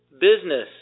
business